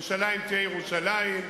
ירושלים תהיה ירושלים,